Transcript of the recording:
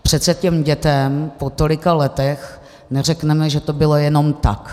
Přece těm dětem po tolika letech neřekneme, že to bylo jenom tak.